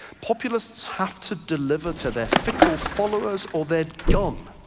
populists have to deliver to their fickle followers or they're done.